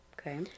Okay